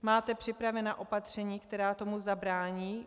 Máte připravena opatření, která tomu zabrání?